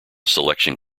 selection